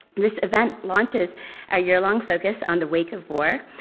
this event launches our year-long focus on the wake of war,